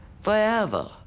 forever